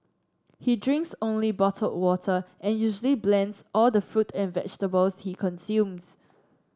he drinks only bottled water and usually blends all the fruit and vegetables he consumes